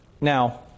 Now